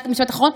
רק משפט אחרון.